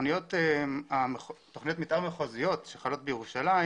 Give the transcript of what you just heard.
תכניות מתאר מחוזיות שחלות בירושלים,